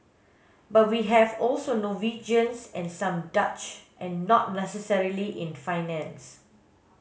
but we have also Norwegians and some Dutch and not necessarily in finance